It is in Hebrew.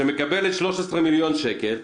בבני ברק מקבלים 13 מיליון שקלים.